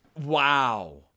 wow